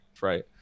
right